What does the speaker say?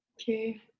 Okay